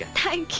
paying